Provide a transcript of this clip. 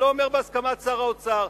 אני לא אומר בהסכמת שר האוצר,